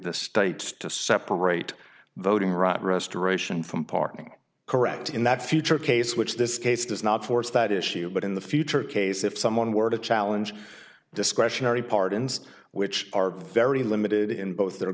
the states to separate voting right restoration from parking correct in that future case which this case does not force that issue but in the future case if someone were to challenge discretionary pardons which are very limited in both